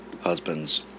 Husband's